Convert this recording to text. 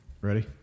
Ready